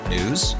News